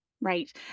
Right